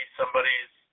somebody's